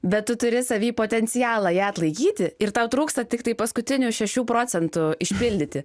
bet tu turi savy potencialą ją atlaikyti ir tau trūksta tiktai paskutinių šešių procentų išpildyti